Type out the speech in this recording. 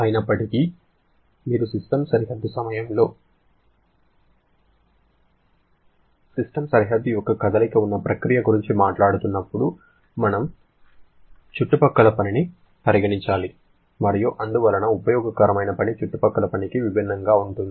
అయినప్పటికీ మీరు సిస్టమ్ సరిహద్దు యొక్క కదలిక ఉన్న ప్రక్రియ గురించి మాట్లాడుతున్నప్పుడు మనము చుట్టుపక్కల పనిని పరిగణించాలి మరియు అందువల్ల ఉపయోగకరమైన పని చుట్టుపక్కల పనికి భిన్నంగా ఉంటుంది